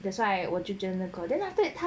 that's why I 我就真的那个 that